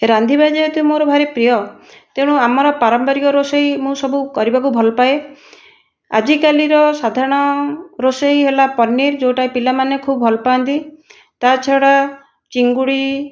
ରାନ୍ଧିବା ଯେହେତୁ ମୋର ଭାରି ପ୍ରିୟ ତେଣୁ ଆମର ପାରମ୍ପରିକ ରୋଷେଇ ମୁଁ ସବୁ କରିବାକୁ ଭଲ ପାଏ ଆଜିକାଲି ର ସାଧାରଣ ରୋଷେଇ ହେଲା ପନିର୍ ଯେଉଁଟା ପିଲାମାନେ ଖୁବ ଭଲ ପାଆନ୍ତି ତା ଛଡ଼ା ଚିଙ୍ଗୁଡ଼ି